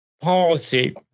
policy